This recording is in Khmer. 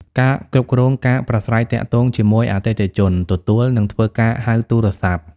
ការគ្រប់គ្រងការប្រាស្រ័យទាក់ទងជាមួយអតិថិជន ទទួល និងធ្វើការហៅទូរស័ព្ទ។